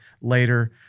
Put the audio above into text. later